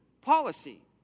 policy